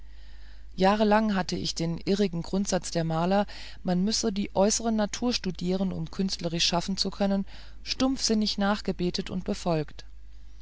jahrelang hatte ich den irrigen grundsatz der maler man müsse die äußere natur studieren um künstlerisch schaffen zu können stumpfsinnig nachgebetet und befolgt